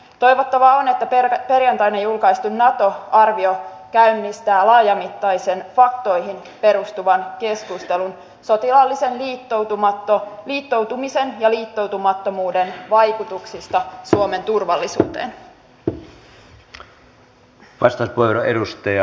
toivottavaa on että perjantaina julkaistu nato arvio käynnistää laajamittaisen faktoihin perustuvan keskustelun sotilaallisen liittoutumisen ja liittoutumattomuuden vaikutuksista suomen turvallisuuteen